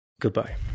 Goodbye